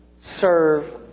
serve